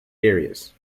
areas